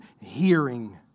hearing